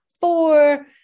four